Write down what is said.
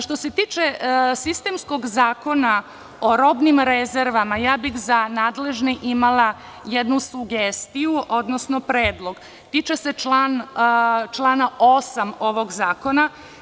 Što se tiče sistemskog Zakona o robnim rezervama, ja bih za nadležne imala jednu sugestiju, odnosno predlog, a tiče se člana 8. ovog zakona.